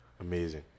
Amazing